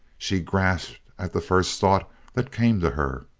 she grasped at the first thought that came to her.